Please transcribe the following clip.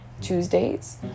tuesdays